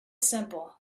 simple